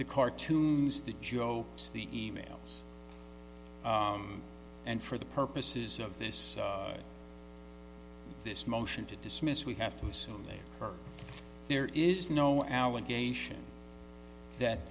the cartoons the jokes the e mails and for the purposes of this this motion to dismiss we have to assume they've heard there is no allegation that